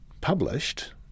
published